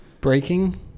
Breaking